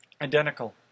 identical